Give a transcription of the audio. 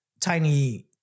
tiny